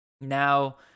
now